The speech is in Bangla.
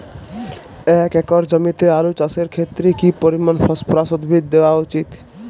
এক একর জমিতে আলু চাষের ক্ষেত্রে কি পরিমাণ ফসফরাস উদ্ভিদ দেওয়া উচিৎ?